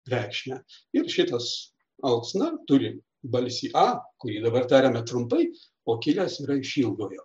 reikšmę ir šitas alksna turi balsį a kurį dabar tariame trumpai o kilęs yra iš ilgojo